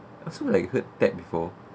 also like heard that before